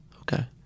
Okay